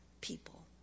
people